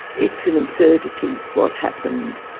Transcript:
it's an absurdity what happened.